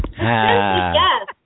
Yes